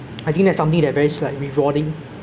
to the continuation of the human race